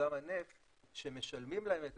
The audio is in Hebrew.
במיזם הנפט שמשלמים להם את